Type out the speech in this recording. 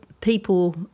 people